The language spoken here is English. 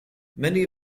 many